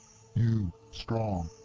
you strong.